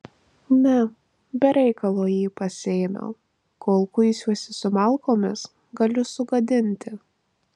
ne be reikalo jį pasiėmiau kol kuisiuosi su malkomis galiu sugadinti